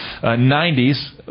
90s